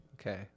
Okay